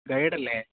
ഗൈഡല്ലേ